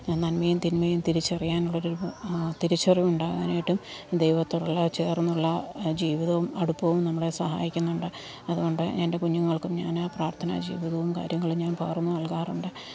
നന്മയും തിന്മയും തിരിച്ചറിയാനുള്ള തിരിച്ചറിവുണ്ടാകാനായിട്ടു ദൈവത്തോടുള്ള ചേർന്നുള്ള ജീവിതവും അടുപ്പവും നമ്മളെ സഹായിക്കുന്നുണ്ട് അതുകൊണ്ട് എൻ്റെ കുഞ്ഞുങ്ങൾക്കും ഞാൻ പ്രാർത്ഥന ജീവിതവും കാര്യങ്ങളും ഞാൻ പകർന്നു നൽകാറുണ്ട്